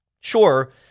sure